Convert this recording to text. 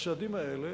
בצעדים האלה